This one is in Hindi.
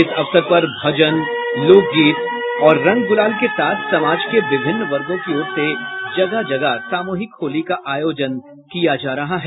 इस अवसर पर भजन लोकगीत और रंग गुलाल के साथ समाज के विभिन्न वर्गो की ओर से जगह जगह सामूहिक होली का आयोजन किया जा रहा है